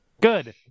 Good